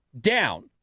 down